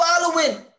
following